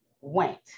went